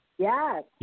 Yes